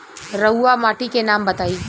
रहुआ माटी के नाम बताई?